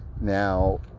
Now